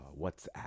WhatsApp